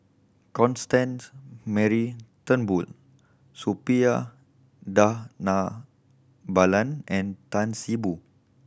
Constance Mary Turnbull Suppiah Dhanabalan and Tan See Boo